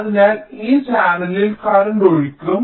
അതിനാൽ ഈ ചാനലിൽ കറന്റ് ഒഴുക്കും